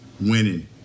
winning